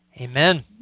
Amen